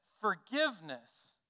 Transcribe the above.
forgiveness